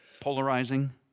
polarizing